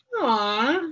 Aww